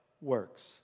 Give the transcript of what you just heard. works